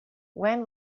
when